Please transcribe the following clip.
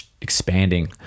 expanding